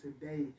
today